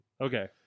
Okay